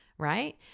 Right